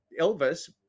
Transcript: Elvis